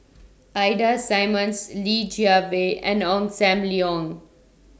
Ida Simmons Li Jiawei and Ong SAM Leong